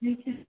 ਠੀਕ ਹੈ